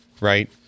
right